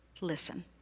listen